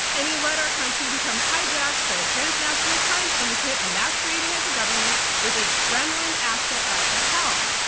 and he let our country become hijacked by a transnational crime syndicate masquerading as a government with a kremlin asset at the helm.